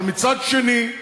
אבל מצד שני,